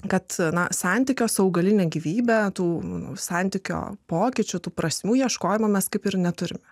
kad nuo santykio su augaline gyvybę tų santykio pokyčių tų prasmių ieškojimo mes kaip ir neturime